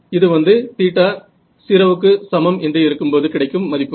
இது வந்து θ 0 என்று இருக்கும்போது கிடைக்கும் மதிப்புகள்